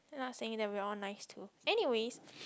not saying that we are all nice too anyways